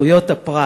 זכויות הפרט,